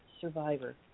survivor